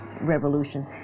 revolution